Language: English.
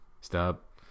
Stop